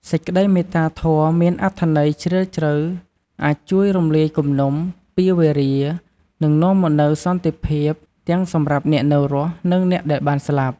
សេចក្តីមេត្តាធម៌មានអត្ថន័យជ្រាលជ្រៅអាចជួយរំលាយគំនុំ ពៀរវេរា និងនាំមកនូវសន្តិភាពទាំងសម្រាប់អ្នកនៅរស់ និងអ្នកដែលបានស្លាប់។